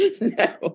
No